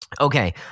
Okay